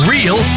Real